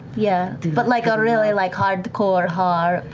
yeah. but like a really like hardcore harp.